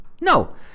No